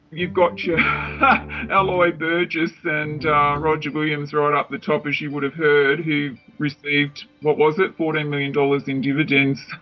you've got your aloi burgess and roger williams right up the top, as you would have heard, who received, what was it, fourteen million dollars in dividends